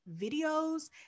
videos